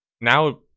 now